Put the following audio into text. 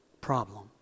problem